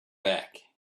back